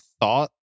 thought